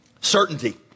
certainty